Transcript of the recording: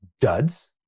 duds